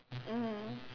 mmhmm